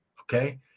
Okay